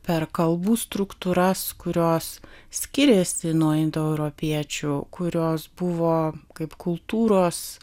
per kalbų struktūras kurios skiriasi nuo indoeuropiečių kurios buvo kaip kultūros